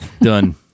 done